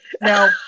Now